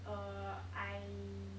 uh I